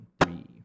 three